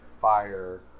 fire